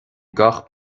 gach